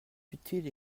utiles